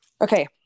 Okay